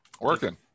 working